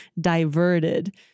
Diverted